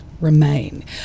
remain